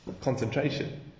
concentration